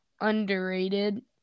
underrated